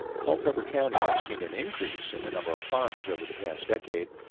culpeper county has seen an increase in the number of farms over the past decade.